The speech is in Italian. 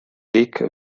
dick